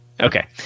Okay